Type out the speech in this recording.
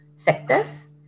sectors